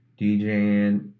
DJing